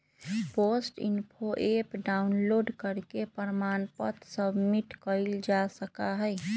post info app download करके प्रमाण पत्र सबमिट कइल जा सका हई